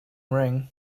ring